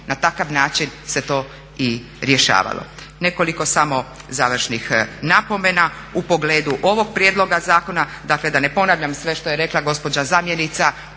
na takav način se to i rješavalo. Nekoliko samo završnih napomena, u pogledu ovog prijedloga zakona. Dakle, da ne ponavljam sve što je rekla gospođa zamjenica